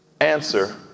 answer